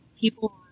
people